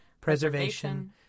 preservation